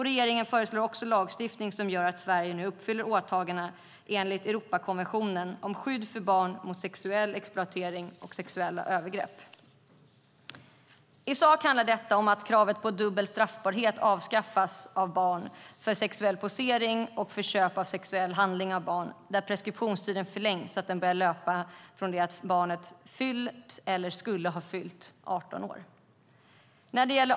Regeringen föreslår också en lagstiftning som gör att Sverige uppfyller åtaganden enligt Europakonventionen om skydd för barn mot sexuell exploatering och sexuella övergrepp. I sak handlar detta om att kravet på dubbel straffbarhet avskaffas för utnyttjande av barn för sexuell posering och köp av sexuell handling av barn och att preskriptionstiden förlängs så att den börjar löpa från det att barnet har fyllt eller skulle ha fyllt 18 år.